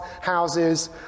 houses